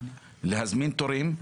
להזמין תורים.